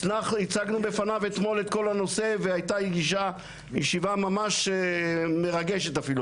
הצגנו לפניו אתמול את כל הנושא והייתה ישיבה ממש מרגשת אפילו,